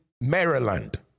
Maryland